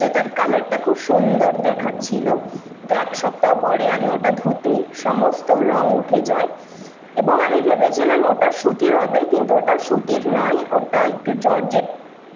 যেটার কালারটা খুব সুন্দর দেখাচ্ছিলো কিন্তু এক সপ্তাহ পরে আমি ওটা ধুতেই সমস্ত রঙ উঠে যায় এবং আমি ভেবেছিলাম ওটা সুতির হবে কিন্তু ওটা সুতির নয় ওটা একটু জর্জেট